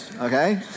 okay